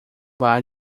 bar